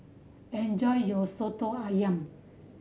enjoy your Soto Ayam